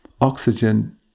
oxygen